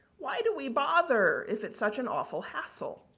why do we bother if it's such an awful hassle?